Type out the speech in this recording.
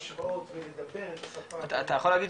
השוואות ולדבר את השפה --- אתה יכול להגיד,